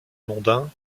mondain